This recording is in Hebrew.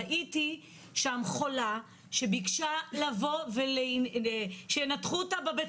ראיתי שם חולה שביקשה לבוא ושינתחו אותה בבית